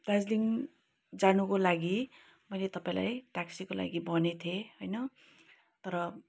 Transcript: दार्जिलिङ जानुको लागि मैले तपाईँलाई ट्याक्सीको लागि भनेको थिएँ होइन तर